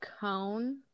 cone